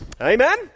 Amen